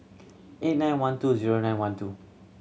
eight nine one two zero nine one two